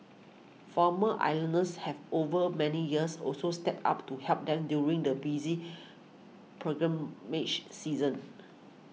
former islanders have over many years also stepped up to help them during the busy pilgrimage season